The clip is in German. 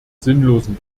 sinnlosen